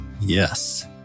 Yes